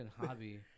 hobby